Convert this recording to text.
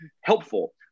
helpful